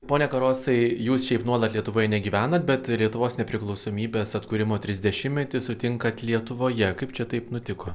pone karosai jūs šiaip nuolat lietuvoj negyvenat bet lietuvos nepriklausomybės atkūrimo trisdešimtmetį sutinkat lietuvoje kaip čia taip nutiko